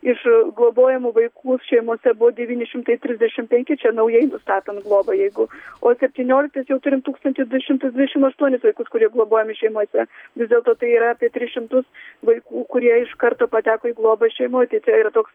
iš globojamų vaikų šeimose buvo devyni šimtai trisdešim penki čia naujai nustatant globą jeigu o septynioliktais jau turim tūkstantį du šimtus dvidešim aštuonis vaikus kurie globojami šeimose vis dėlto tai yra apie tris šimtus vaikų kurie iš karto pateko į globą šeimoj tai čia yra toks